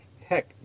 Heck